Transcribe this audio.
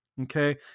Okay